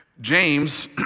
James